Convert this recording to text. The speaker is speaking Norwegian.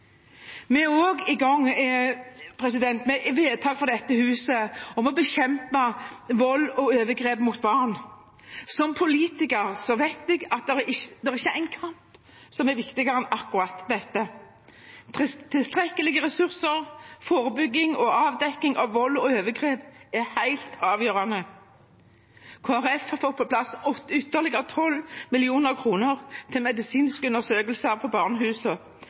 Vi er også i gang med vedtak fra dette huset om å bekjempe vold og overgrep mot barn. Som politiker vet jeg at det ikke er noen kamp som er viktigere enn akkurat dette. Tilstrekkelige ressurser, forebygging og avdekking av vold og overgrep er helt avgjørende. Kristelig Folkeparti har fått på plass ytterligere 12 mill. kr til medisinske undersøkelser på